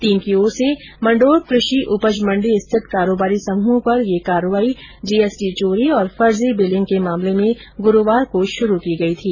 team की ओर से मंडोर कृषि उपज मंडी स्थित कारोबारी समूह पर यह कार्रवाई जीएसटी चोरी और फर्जी बिलिंग के मामले में गुरूवार को शुरू की गई थी